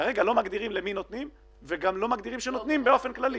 כרגע לא מגדירים למי נותנים וגם לא מגדירים שנותנים באופן כללי.